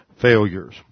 failures